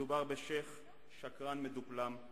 מדובר בשיח' שקרן מדופלם,